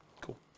Cool